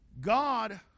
God